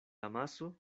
amaso